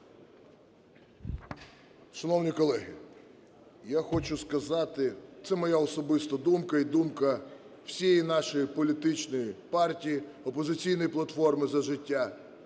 Шановні колеги, я хочу сказати, це моя особиста думка і думка всієї нашої політичної партії "Опозиційної платформи – За життя",